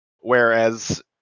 Whereas